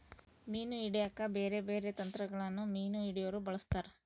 ಮೀನು ಹಿಡೆಕ ಬ್ಯಾರೆ ಬ್ಯಾರೆ ತಂತ್ರಗಳನ್ನ ಮೀನು ಹಿಡೊರು ಬಳಸ್ತಾರ